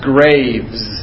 Graves